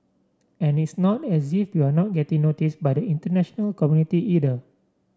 and it's not as if we're not getting noticed by the international community either